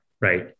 right